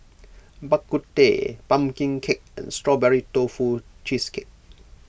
Bak Kut Teh Pumpkin Cake and Strawberry Tofu Cheesecake